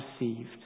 received